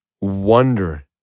wonder